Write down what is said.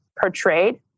portrayed